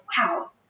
Wow